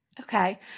Okay